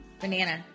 Banana